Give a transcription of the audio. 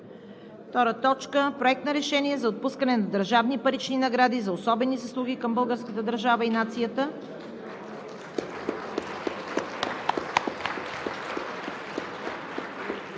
относно Проект на решение за отпускане на държавни парични награди за особени заслуги към българската държава и нацията,